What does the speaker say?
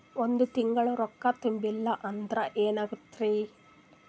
ಒಂದ ತಿಂಗಳ ರೊಕ್ಕ ತುಂಬಿಲ್ಲ ಅಂದ್ರ ಎನಾಗತೈತ್ರಿ?